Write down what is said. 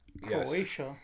Croatia